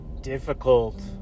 difficult